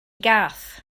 gath